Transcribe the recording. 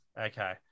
Okay